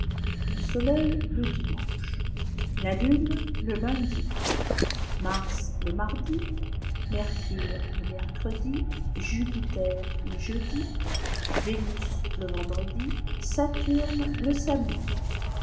le soleil le dimanche la lune le lundi mars le mardi mercure le mercredi jupiter le jeudi vénus le vendredi saturne le samedi